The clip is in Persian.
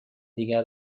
دیگر